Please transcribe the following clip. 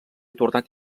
tornat